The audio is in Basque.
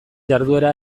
jarduera